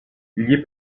gli